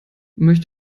möchte